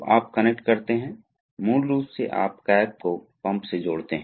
हमें मूल रूप से इन दो तरह की चीजों की जरूरत है